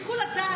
לפי שיקול דעתו.